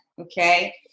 okay